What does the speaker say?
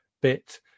bit